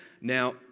Now